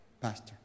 Pastor